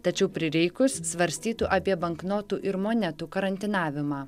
tačiau prireikus svarstytų apie banknotų ir monetų karantinavimą